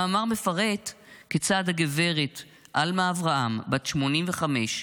המאמר מפרט כיצד הגברת אלמה אברהם, בת 85,